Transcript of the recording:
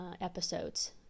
episodes